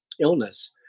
illness